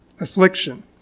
affliction